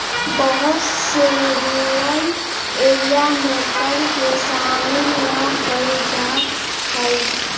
बहुत से rural area में कर के शामिल ना कइल जा हई